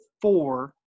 four